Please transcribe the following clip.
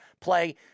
play